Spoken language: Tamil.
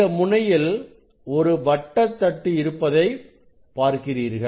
இந்த முனையில் ஒரு வட்ட தட்டு இருப்பதை பார்க்கிறீர்கள்